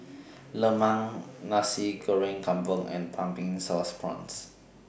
Lemang Nasi Goreng Kampung and Pumpkin Sauce Prawns